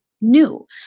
new